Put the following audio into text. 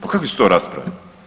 Pa kakve su to rasprave?